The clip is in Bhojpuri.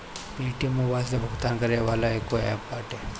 पेटीएम मोबाईल से भुगतान करे वाला एगो एप्प बाटे